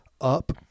up